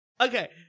Okay